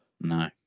No